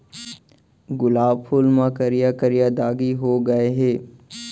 गुलाब फूल म करिया करिया दागी हो गय हे